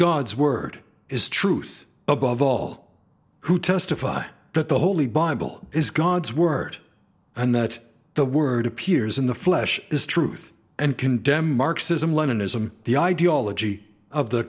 god's word is truth above all who testify that the holy bible is god's word and that the word appears in the flesh is truth and condemn marxism leninism the ideology of the